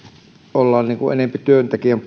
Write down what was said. ollaan enempi työntekijän